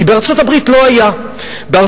כי בארצות-הברית לא היה ביטוח כזה.